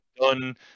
done